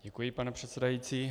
Děkuji, pane předsedající.